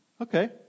okay